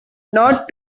not